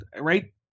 right